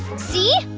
see?